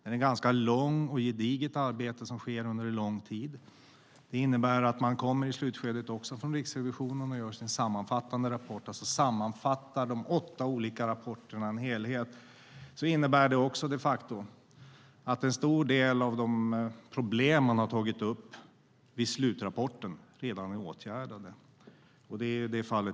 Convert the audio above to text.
Det är ett ganska gediget arbete som sker under en lång tid. När Riksrevisionen gör sin slutrapport och sammanfattar de åtta olika rapporterna till en helhet innebär detta de facto att en stor del av de problem man tagit upp redan är åtgärdade. Det gäller också i detta fall.